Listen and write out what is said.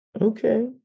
okay